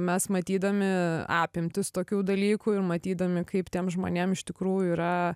mes matydami apimtis tokių dalykų ir matydami kaip tiem žmonėm iš tikrųjų yra